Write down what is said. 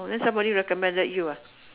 oh then somebody recommended you ah